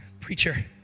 Preacher